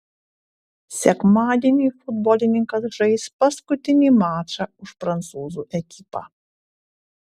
sekmadienį futbolininkas žais paskutinį mačą už prancūzų ekipą